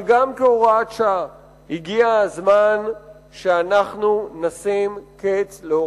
אבל גם כהוראת שעה הגיע הזמן שנשים לה קץ.